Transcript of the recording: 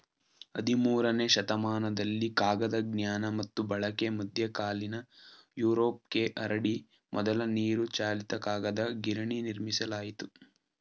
ಹದಿಮೂರನೇ ಶತಮಾನದಲ್ಲಿ ಕಾಗದ ಜ್ಞಾನ ಮತ್ತು ಬಳಕೆ ಮಧ್ಯಕಾಲೀನ ಯುರೋಪ್ಗೆ ಹರಡಿ ಮೊದಲ ನೀರುಚಾಲಿತ ಕಾಗದ ಗಿರಣಿ ನಿರ್ಮಿಸಲಾಯಿತು